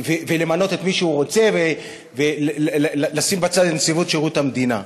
למנות את מי שהוא רוצה ולשים בצד את נציבות השירות המדינה.